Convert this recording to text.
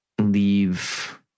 leave